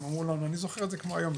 אני זוכר את זה כמו היום,